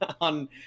on